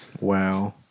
Wow